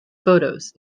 photos